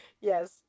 Yes